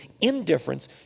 indifference